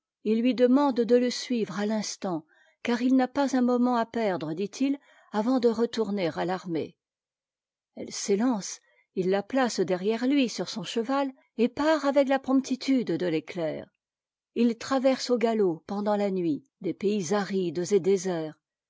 t lui demande de te suivre à l'instant car il n'a pas un moment à perdre dit-il avant de retourner à l'armée elle s'élance il la place derrière lui sur son cheval et part avec la promptitude de l'éclair t traverse au galop pendant la nuit des pays arides et déserts